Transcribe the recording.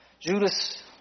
Judas